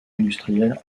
industriel